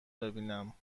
ببینم